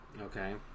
Okay